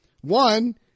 One